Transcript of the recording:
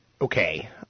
okay